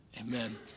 Amen